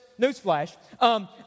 Newsflash